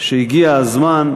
שהגיע הזמן,